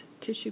tissue